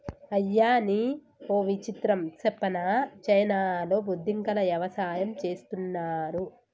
అయ్యనీ ఓ విచిత్రం సెప్పనా చైనాలో బొద్దింకల యవసాయం చేస్తున్నారు